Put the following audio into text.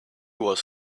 was